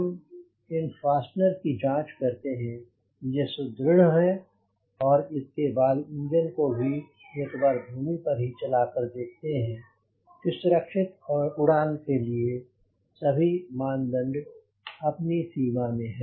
हम इन फास्टनर की जाँच करते हैं कि ये सुदृढ़ हैं और इसके बाद इंजन को एक बार भूमि पर ही चला कर देखते हैं कि सुरक्षित उड़ान के लिए सभी मापदंड अपनी सीमा में हैं